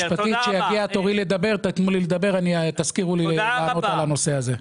כשיגיע תורי לדבר תזכירו לי להתייחס לנושא הזה.